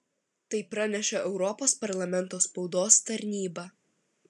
tai praneša europos parlamento spaudos tarnyba